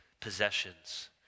possessions